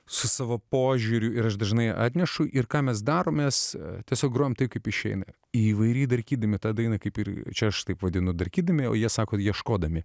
su savo požiūriu ir aš dažnai atnešu ir ką mes daromės tiesiog grojame tai kaip išeina įvairiai darkydami tą dainą kaip ir čia aš taip vadinu darkydami o jie sako ieškodami